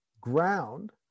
ground